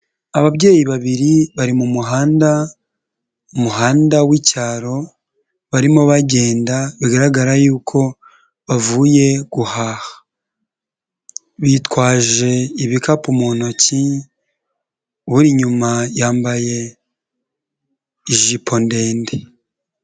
Ababyeyi babiri bari mu muhanda, umuhanda w'icyaro, barimo bagenda., bigaragara yuko bavuye guhaha. Bitwaje ibikapu mu ntoki, uri inyuma yambaye ijipo ndende.